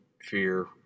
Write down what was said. fear